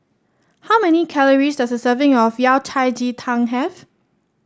how many calories does a serving of Yao Cai Ji Tang have